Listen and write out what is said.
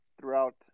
throughout